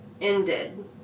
ended